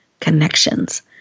connections